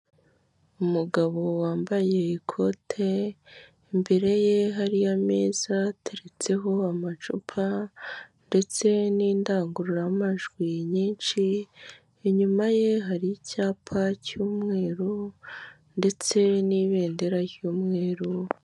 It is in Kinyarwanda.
Umugabo wambaye ikote, imbere ye hari ameza ateretseho amacupa ndetse n'indangururamajwi nyinshi, inyuma ye hari icyapa cy'umweru ndetse n'ibendera ry'umweru.